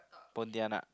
Pontianak